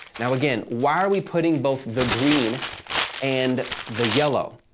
now again, why are we putting both the green and the yellow?